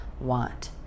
want